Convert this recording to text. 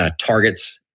targets